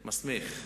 מסמיך.